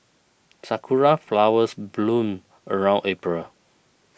sakura flowers bloom around April